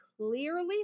clearly